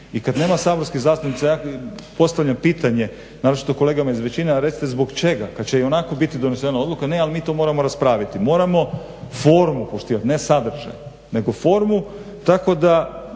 i kad nema saborskih zastupnika ja postavljam pitanje, naročito kolegama iz većine, a recite zbog čega kad će ionako biti donesena odluka? Ne, ali mi to moramo raspraviti. Moramo formu poštivati, ne sadržaj nego formu. Tako da